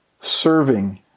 serving